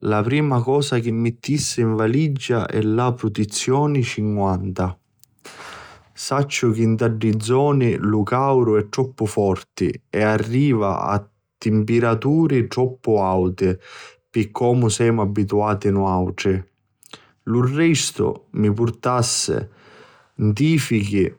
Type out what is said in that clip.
La prima cosa chi mittissi in valigia è la prutizioni cinquanta. Sacciu chi nta ddi zoni lu cauru è troppu forti e arriva a timpiraturi troppu auti pi comu semu abituati nuatri. Lu restu, mi purtassi, ntifichi,